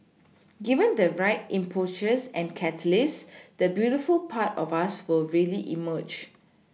given the right impetus and catalyst the beautiful part of us will really emerge